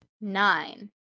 Nine